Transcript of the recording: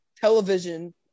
Television